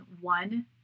one